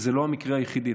וזה לא המקרה היחידי.